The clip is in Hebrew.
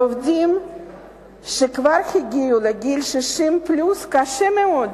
לעובדים שכבר הגיעו לגיל 60 פלוס קשה מאוד